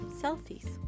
selfies